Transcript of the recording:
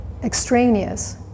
extraneous